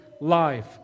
life